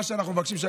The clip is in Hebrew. מה שאנחנו מבקשים,